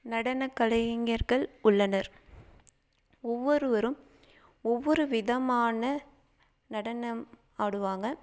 நடன கலைஞர்கள் உள்ளனர் ஒவ்வொருவரும் ஒவ்வொரு விதமான நடனம் ஆடுவாங்க